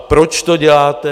Proč to děláte?